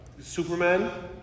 Superman